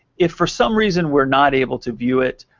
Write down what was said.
if for some reason we're not able to view it,